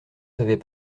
savez